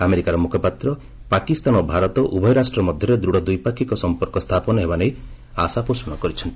ଆମେରିକାର ମୁଖପାତ୍ର ପାକିସ୍ତାନ ଓ ଭାରତ ଉଭୟ ରାଷ୍ଟ୍ର ମଧ୍ୟରେ ଦୃଢ଼ ଦ୍ୱିପାକ୍ଷିକ ସଂପର୍କ ସ୍ଥାପନ ହେବା ନେଇ ଆଶା ପୋଷଣ କରିଛନ୍ତି